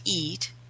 eat